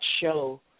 show